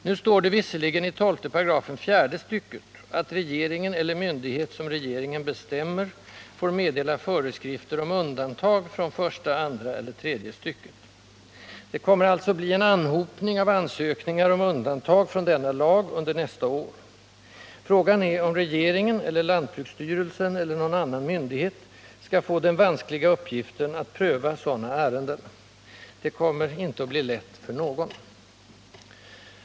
Nu står det visserligen i 12 § fjärde stycket att regeringen eller myndighet som regeringen bestämmer får meddela föreskrifter om undantag från första, andra eller tredje stycket. Det kommer alltså bli en anhopning av ansökningar om undantag från denna lag under nästa år. Frågan är om regeringen eller lantbruksstyrelsen eller någon annan myndighet skall få den vanskliga uppgiften att pröva sådana ärenden. Det kommer inte att bli lätt för någon.